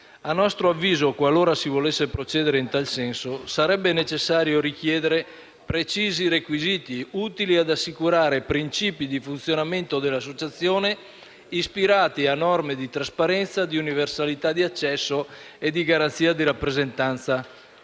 A nostro avviso, qualora si volesse procedere in tal senso, sarebbe necessario richiedere precisi requisiti utili ad assicurare principi di funzionamento dell'associazione ispirati a norme di trasparenza, universalità di accesso e garanzia di rappresentanza.